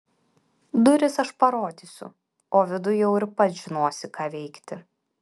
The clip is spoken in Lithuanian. duris aš parodysiu o viduj jau ir pats žinosi ką veikti